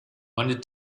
wanted